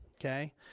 okay